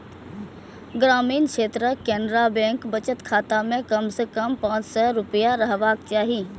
ग्रामीण क्षेत्रक केनरा बैंक बचत खाता मे कम सं कम पांच सय रुपैया रहबाक चाही